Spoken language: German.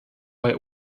bei